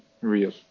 real